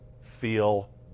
feel